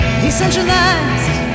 decentralized